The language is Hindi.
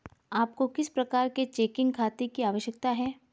आपको किस प्रकार के चेकिंग खाते की आवश्यकता है?